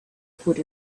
food